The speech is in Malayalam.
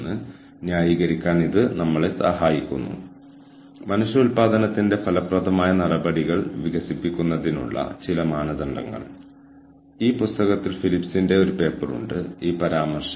സുസ്ഥിര ഹ്യൂമൻ റിസോഴ്സ് മാനേജ്മെന്റ് പ്രോഗ്രാമിന്റെ വിജയത്തിന് നയങ്ങൾ നിർവചിക്കുന്നതിലും നയങ്ങൾ നടപ്പിലാക്കുന്നതിലും ഉയർന്ന മാനേജ്മെന്റ് പങ്കാളിത്തത്തിൽ നിന്നുള്ള പിന്തുണ നിർണായകമാണ്